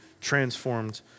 transformed